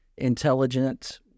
intelligent